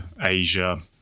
Asia